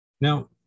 Now